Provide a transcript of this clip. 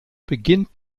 beginnt